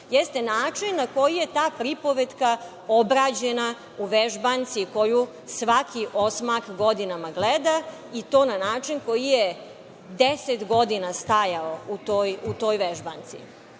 jeste način na koji je ta pripovetka obrađena u vežbanci koju svaki osmak godinama gleda, i to na način koji je 10 godina stajao u toj vežbanci.